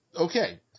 Okay